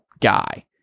guy